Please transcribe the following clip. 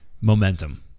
Momentum